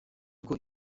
ako